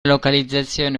localizzazione